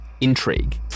intrigue